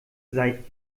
seit